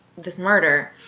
this murder.